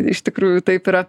iš tikrųjų taip yra